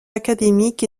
académique